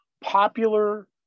popular